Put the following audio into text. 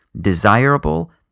desirable